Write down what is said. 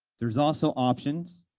there's also options,